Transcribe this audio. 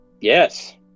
Yes